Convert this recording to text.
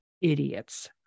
idiots